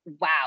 wow